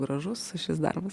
gražus šis darbas